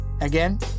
again